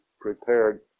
prepared